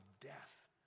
death